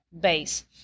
base